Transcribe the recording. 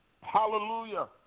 Hallelujah